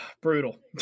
Brutal